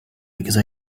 because